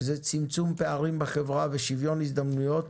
צמצום פערים בחברה ושוויון הזדמנויות